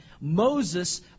Moses